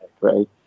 right